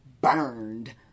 burned